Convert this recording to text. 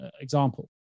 example